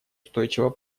устойчивого